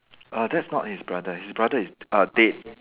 uh that's not his brother his brother is uh dead